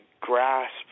grasp